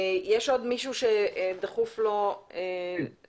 יש עוד מישהו שדחוף לו לדבר?